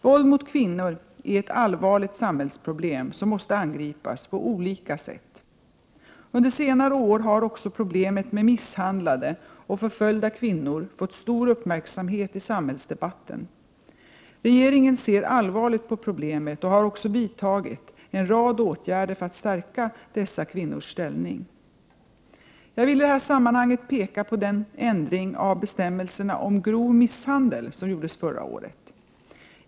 Våld mot kvinnor är ett allvarligt samhällsproblem som måste angripas på olika sätt. Under senare år har också problemet med misshandlade och förföljda kvinnor fått stor uppmärksamhet i samhällsdebatten. Regeringen ser allvarligt på problemet och har också vidtagit en rad åtgärder för att stärka dessa kvinnors ställning. Jag vill i det sammanhanget peka på den ändring av bestämmelserna om grov misshandel som gjordes förra året.